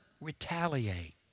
retaliate